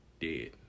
Dead